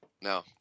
No